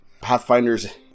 Pathfinder's